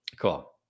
Cool